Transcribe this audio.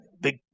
Big